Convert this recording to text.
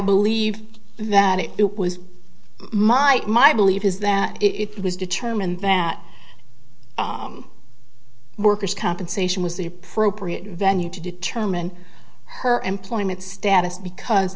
believe that it was my my belief is that it was determined that workers compensation was the appropriate venue to determine her employment status because